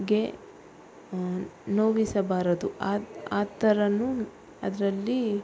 ಗೆ ನೋಯಿಸಬಾರದು ಆ ಥರನೂ ಅದರಲ್ಲಿ